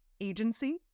agency